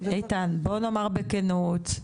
איתן בוא נאמר בכנות,